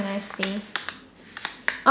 can I stay